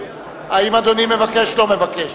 לא מבקש.